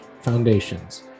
foundations